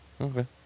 Okay